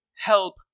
help